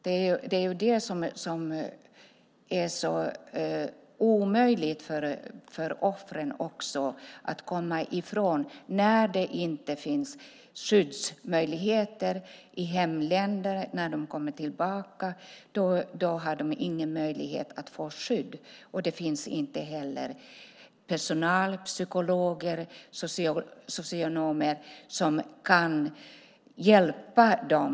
Det är det som gör det så omöjligt för offren att komma ifrån det hela. Det finns inga skyddsmöjligheter i hemländerna när de kommer tillbaka. De har ingen möjlighet att få skydd, och det finns inte heller personal, psykologer och socionomer som kan hjälpa dem.